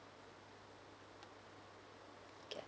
okay